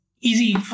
easy